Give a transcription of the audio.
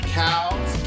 cows